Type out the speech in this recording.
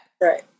Right